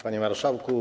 Panie Marszałku!